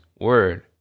Word